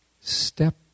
step